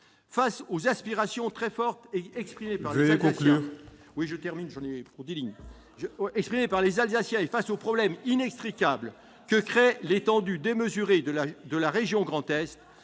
Face aux aspirations très fortes exprimées par les Alsaciens et aux problèmes inextricables que crée l'étendue démesurée de la région Grand Est,